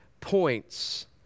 points